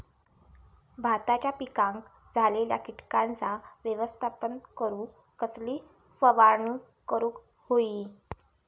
भाताच्या पिकांक झालेल्या किटकांचा व्यवस्थापन करूक कसली फवारणी करूक होई?